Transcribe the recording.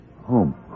Home